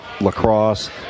lacrosse